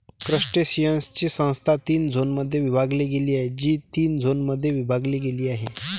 क्रस्टेशियन्सची संस्था तीन झोनमध्ये विभागली गेली आहे, जी तीन झोनमध्ये विभागली गेली आहे